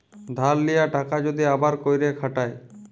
ধার লিয়া টাকা যদি আবার ক্যইরে খাটায়